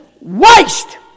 waste